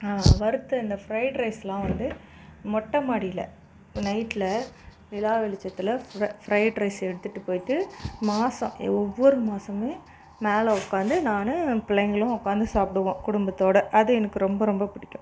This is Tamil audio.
வறுத்த இந்த ஃபிரைட் ரைஸ்லாம் வந்து மொட்டை மாடியில் நைட்ல நிலா வெளிச்சத்தில் ஃபிரைட் ரைஸ் எடுத்துட்டு போய்ட்டு மாதம் ஒவ்வொரு மாதமுமே மேலே உக்காந்து நான் பிள்ளைங்களும் உக்காந்து சாப்பிடுவோம் குடும்பத்தோட அது எனக்கு ரொம்ப ரொம்ப பிடிக்கும்